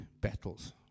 battles